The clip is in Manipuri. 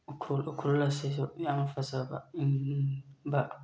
ꯎꯈ꯭ꯔꯨꯜ ꯎꯈ꯭ꯔꯨꯜ ꯑꯁꯤꯁꯨ ꯌꯥꯝ ꯐꯖꯕ ꯏꯪꯕ